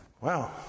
Wow